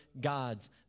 God's